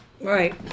Right